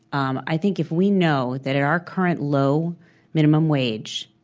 um i think if we know that at our current low minimum wage,